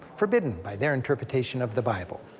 forbidden by their interpretation of the bible.